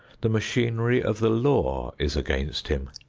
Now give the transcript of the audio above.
the machinery of the law is against him.